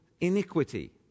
iniquity